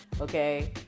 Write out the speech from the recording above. okay